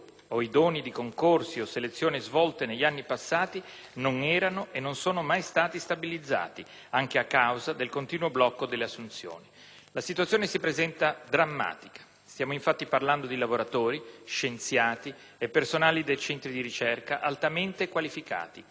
o idonei di concorsi o selezioni svolte negli anni passati, non erano e non sono mai state stabilizzate, anche a causa del continuo blocco delle assunzioni. La situazione si presenta drammatica: stiamo infatti parlando di lavoratori - scienziati e personale dei centri di ricerca - altamente qualificati,